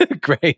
great